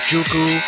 Juku